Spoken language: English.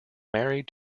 married